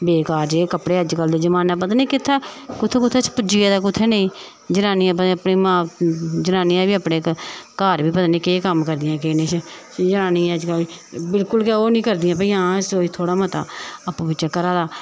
बेकार जेह् कपड़े अज्जकल जमान्ना पता निं कित्थे कुत्थूं कुत्थूं पुज्जी गेदा कुत्थें नेईं जनानियां पता निं अपनी मां जनानियां बी अपने घर बी पता निं केह् कम्म करदियां केह् किश जनानियां अज्ज कल ओह् बिलकुल गै ओह् निं करदियां थोह्ड़ा मता आपूं बिच्चूं घरा दा